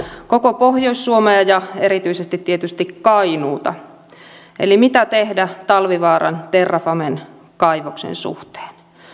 koko pohjois suomea ja tietysti erityisesti kainuuta eli mitä tehdä talvivaaran terrafamen kaivoksen suhteen